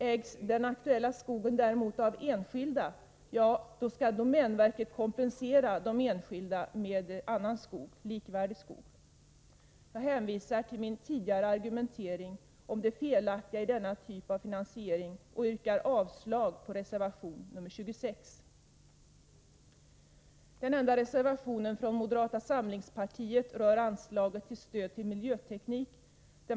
Ägs den aktuella skogen däremot av en enskild skall domänverket kompensera den enskilde med annan, likvärdig skog. Jag hänvisar till min tidigare argumentering om det felaktiga i denna typ av finansiering och yrkar avslag på reservation nr 26. Den enda reservationen från moderata samlingspartiet rör anslaget avseende stöd till miljöteknik.